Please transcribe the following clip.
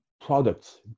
products